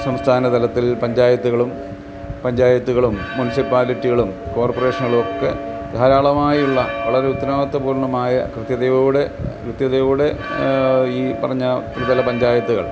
സംസ്ഥാനതലത്തിൽ പഞ്ചായത്തുകളും പഞ്ചായത്തുകളും മുനിസിപ്പാലിറ്റികളും കോർപ്പറേഷനുകളും ഒക്കെ ധാരാളമായി ഉള്ള വളരെ ഉത്തരവാദിത്വ പൂർണ്ണമായ കൃത്യതയോടെ കൃത്യതയോടെ ഈ പറഞ്ഞ ത്രിതലപഞ്ചായത്തുകള്